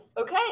Okay